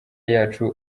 yacu